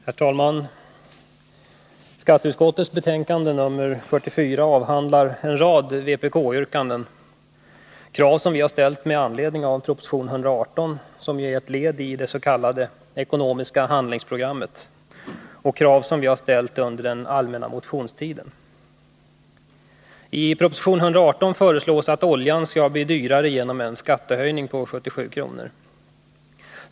Herr talman! Skatteutskottets betänkande nr 44 behandlar en rad vpk-yrkanden, krav som vi har ställt dels med anledning av proposition 118 som är ett led i det s.k. ekonomiska handlingsprogrammet, dels under den allmänna motionstiden. I propositionen föreslås att oljan skall bli dyrare genom en skattehöjning med 77 kr. per m?